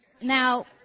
Now